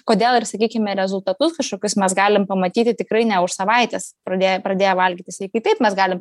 kodėl ir sakykime rezultatus kažkokius mes galim pamatyti tikrai ne už savaitės pradėję pradėję valgyti sveikai taip mes galim